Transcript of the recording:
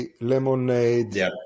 Lemonade